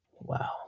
wow